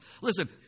Listen